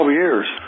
years